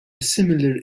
similar